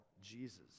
Jesus